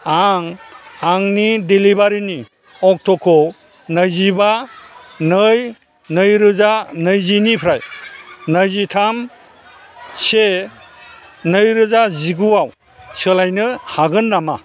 आं आंनि डेलिबारिनि अक्ट'खौ नैजिबा नै नैरोजा नैजिनिफ्राय नैजिथाम से नैरोजा जिगुआव सोलायनो हागोन नामा